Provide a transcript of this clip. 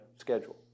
schedule